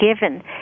given